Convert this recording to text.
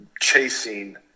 chasing